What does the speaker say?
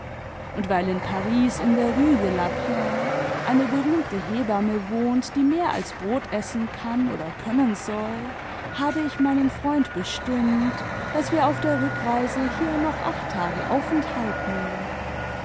und weil in paris in der rue de la paix eine berühmte hebamme wohnt die mehr als brot essen kann oder können soll habe ich meinen freund bestimmt daß wir atif der rückreise hier noch acht tage aufenthalt nehmen